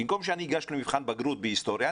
במקום שאני אגש למבחן בגרות בהיסטוריה,